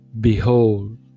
Behold